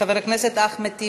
חבר הכנסת אחמד טיבי.